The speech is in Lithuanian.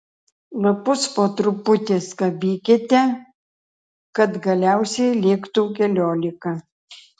lapus po truputį skabykite kad galiausiai liktų keliolika